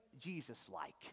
Jesus-like